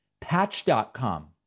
Patch.com